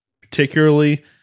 particularly